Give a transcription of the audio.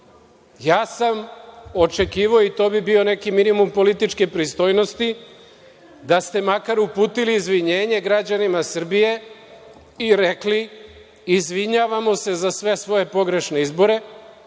sam očekivao, i to bi bio neki minimum političke pristojnosti, da ste makar uputili izvinjenje građanima Srbije i rekli – izvinjavamo se za sve svoje pogrešne izbore,